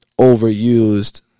overused